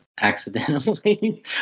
accidentally